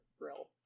grill